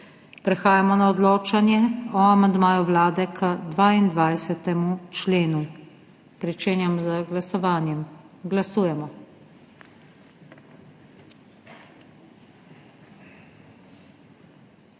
Prehajamo na odločanje o amandmaju Vlade k 25. členu. Pričenjam z glasovanjem. Glasujemo.